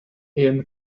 ian